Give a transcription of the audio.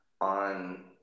on